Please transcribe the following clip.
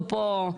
לסייע.